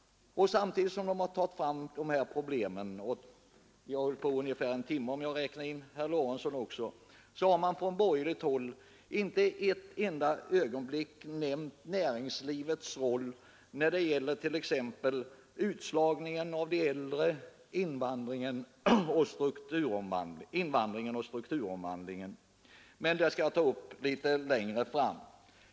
Samtidigt som de har lagt fram de här problemen — det har väl tagit ungefär en timme, om jag räknar in herr Lorentzons anförande — har man från borgerligt håll inte ett enda ögonblick nämnt näringslivets roll när det gäller t.ex. utslagningen av de äldre, invandringen och strukturomvandlingen, men dessa saker skall jag ta upp litet längre fram.